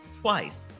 twice